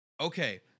okay